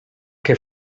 que